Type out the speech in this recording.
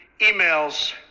emails